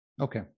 Okay